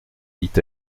dit